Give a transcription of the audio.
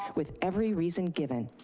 with every reason given,